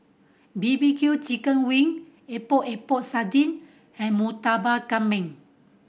B B Q chicken wing Epok Epok Sardin and Murtabak Kambing